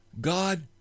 God